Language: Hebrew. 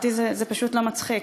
אותי זה לא מצחיק.